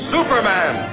Superman